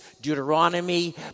Deuteronomy